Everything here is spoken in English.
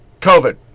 COVID